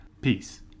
peace